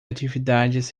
atividades